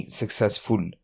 successful